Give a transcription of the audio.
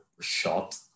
shot